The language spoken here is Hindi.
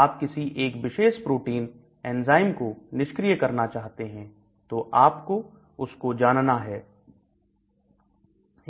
आप किसी एक विशेष प्रोटीन एंजाइम को निष्क्रिय करना चाहते हैं तो आपको उसको जानना है